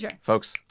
folks